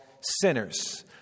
sinners